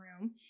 room